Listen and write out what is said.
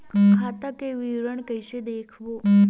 खाता के विवरण कइसे देखबो?